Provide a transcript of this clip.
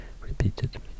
repeated